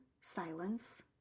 silence